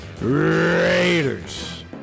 Raiders